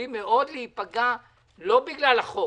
שיכולים להיפגע מאוד, לא בגלל החוק